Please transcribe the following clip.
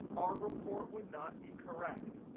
our report would not be correct.